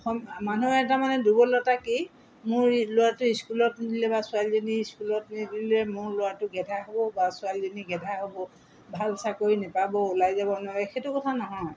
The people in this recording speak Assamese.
অসম মানুহে এটা মানে দুৰ্বলতা কি মোৰ ল'ৰাটো স্কুলত নিদিলে বা ছোৱালীজনী স্কুলত নিদিলে মোৰ ল'ৰাটো গেধা হ'ব বা ছোৱালীজনী গেধা হ'ব ভাল চাকৰি নাপাব ওলাই যাব নোৱাৰে সেইটো কথা নহয়